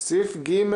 סעיף ג',